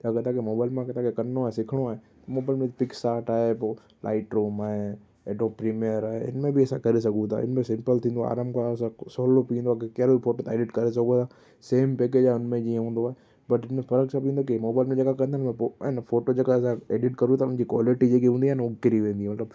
अगरि तव्हांखे मोबाइल में अगरि तव्हांखे करिणो आहे सिखिणो आहे मोबाइल में पिक्सआट आहे पोइ लाइटरूम आहे एडोब प्रीमियर आहे इन में बि असां करे सघूं था इन में सिंपल थींदो आहे आराम खां सभु सहुलो बि थींदो आहे की कहिड़ो बि फ़ोटो तव्हां एडिट करे सघो था सेम पैकेज आहे हुन में जीअं हूंदो आहे बट इन में फ़िलहालु सभु इन खे मोबाइल में जेका कंदा आहिनि उहा पोइ आहे न फ़ोटो जेका असां एडिट कयूं था उन जी क्वालिटी जेकी हूंदी आहे न उहा किरी वेंदी आहे मतिलबु